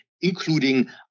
including